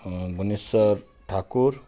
Ghuneshwar Thakur